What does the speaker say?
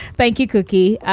thank you, cookie.